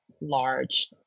large